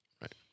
Right